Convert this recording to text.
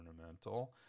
ornamental